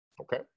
Okay